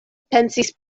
pensis